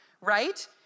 right